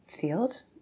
field